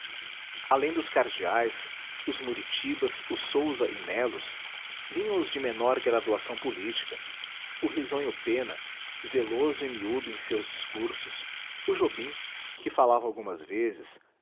além dos cardeais os muritibas os sousa e melos vinham os de menor graduação política o risonho pena zeloso e miúdo em seus discursos o jobim que falava algumas vezes